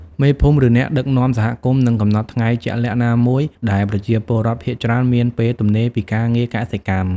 មេភូមិ ឬអ្នកដឹកនាំសហគមន៍នឹងកំណត់ថ្ងៃជាក់លាក់ណាមួយដែលប្រជាពលរដ្ឋភាគច្រើនមានពេលទំនេរពីការងារកសិកម្ម។